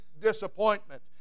disappointment